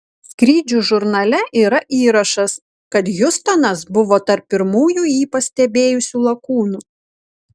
skrydžių žurnale yra įrašas kad hiustonas buvo tarp pirmųjų jį pastebėjusių lakūnų